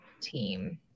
team